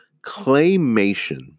claymation